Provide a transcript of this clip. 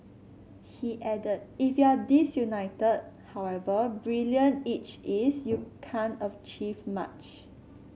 he added if you're disunited however brilliant each is you can't achieve much